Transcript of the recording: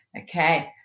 Okay